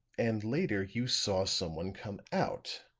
and later you saw someone come out.